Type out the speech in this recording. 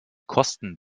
kosten